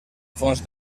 fonts